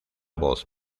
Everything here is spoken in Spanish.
voz